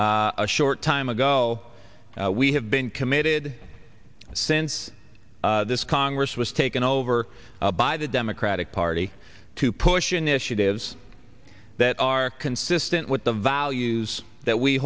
a short time ago we have been committed since this congress was taken over by the democratic party to push initiatives that are consistent with the values that we